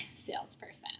salesperson